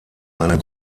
einer